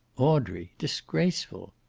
audrey disgraceful!